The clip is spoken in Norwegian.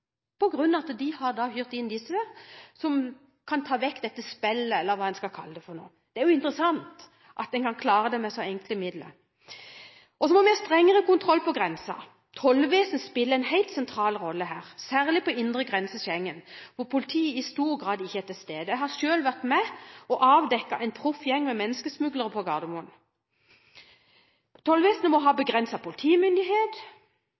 av at de hadde hyret inn disse som kunne ta vekk spillet – eller hva en skal kalle det. Det er jo interessant at en kan klare det med så enkle midler. Så må vi ha strengere kontroll på grensen. Tollvesenet spiller en helt sentral rolle her, særlig på de indre grenser i Schengen, hvor politiet i stor grad ikke er til stede. Jeg har selv vært med og avdekket en proff gjeng med menneskesmuglere på Gardermoen. Tollvesenet må ha